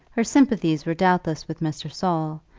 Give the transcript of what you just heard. her sympathies were doubtless with mr. saul,